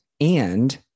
And-